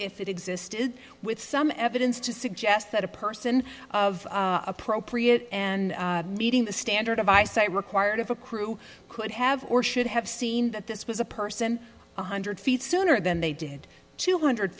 if it existed with some evidence to suggest that a person of appropriate and meeting the standard of eyesight required of a crew could have or should have seen that this was a person one hundred feet sooner than they did two hundred